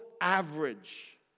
average